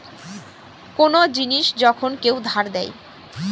কোন জিনিস যখন কেউ ধার দেয়